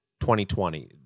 2020